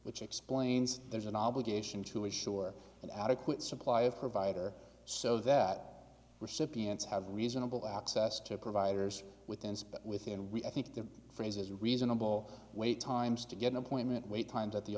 which explains there's an obligation to assure an adequate supply of provider so that recipients have reasonable access to providers with and within we i think the phrase is reasonable wait times to get an appointment wait times at the